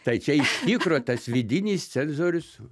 tai čia iš tikro tas vidinis cenzorius